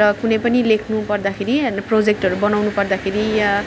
र कुनै पनि लेख्नु पर्दाखेरि अनि प्रोजेक्टहरू बनाउनु पर्दाखेरि वा